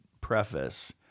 preface